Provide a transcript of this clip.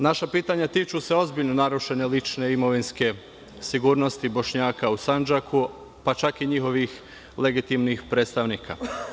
Naša pitanja tiču se ozbiljno narušene lične imovinske sigurnosti Bošnjaka u Sandžaku, pa čak i njihovih legitimnih predstavnika.